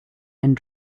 and